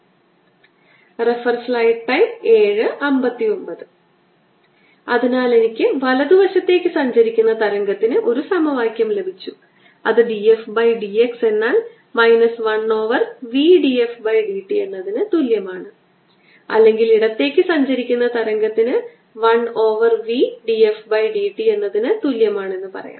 ∂u∂t v∂f∂u ∂f∂x∂f∂u 1v∂f∂t അതിനാൽ എനിക്ക് വലതുവശത്തേക്ക് സഞ്ചരിക്കുന്ന തരംഗത്തിന് ഒരു സമവാക്യം ലഭിച്ചു അത് d f by d x എന്നാൽ minus 1 over v d f by d t എന്നതിന് തുല്യമാണ് അല്ലെങ്കിൽ ഇടത്തേക്ക് സഞ്ചരിക്കുന്ന തരംഗത്തിന് 1 over v d f by d t എന്നതിന് തുല്യമാണ് എന്ന് പറയാം